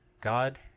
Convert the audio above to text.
God